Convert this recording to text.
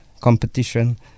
competition